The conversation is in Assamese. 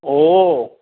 অ'